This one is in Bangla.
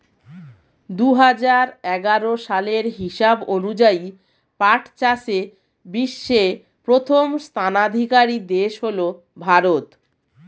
দুহাজার এগারো সালের হিসাব অনুযায়ী পাট চাষে বিশ্বে প্রথম স্থানাধিকারী দেশ হল ভারত